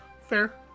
Fair